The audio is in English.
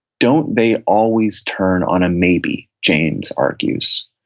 don't they always turn on a maybe, james argues.